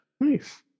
Nice